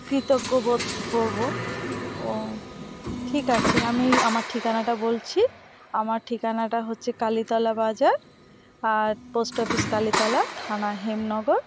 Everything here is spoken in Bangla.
কৃতজ্ঞ বোধ করবো ও ঠিক আছে আমি আমার ঠিকানাটা বলছি আমার ঠিকানাটা হচ্ছে কালীতলা বাজার আর পোস্ট অফিস কালীতলা থানা হেমনগর